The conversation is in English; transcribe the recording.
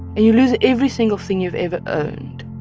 and you lose every single thing you've ever owned.